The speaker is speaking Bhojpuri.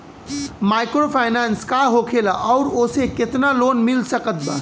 माइक्रोफाइनन्स का होखेला और ओसे केतना लोन मिल सकत बा?